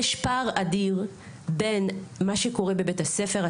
יש פער אדיר בין מה שקורה בבית הספר עצמו,